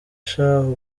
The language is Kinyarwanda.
shahu